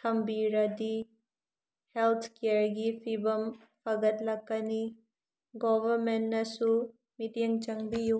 ꯊꯝꯕꯤꯔꯗꯤ health ꯀꯦꯌꯔꯒꯤ ꯐꯤꯕꯝ ꯐꯒꯠꯂꯛꯀꯅꯤ ꯒꯣꯚꯔꯃꯦꯟꯅꯁꯨ ꯃꯤꯠꯌꯦꯡ ꯆꯪꯕꯤꯌꯨ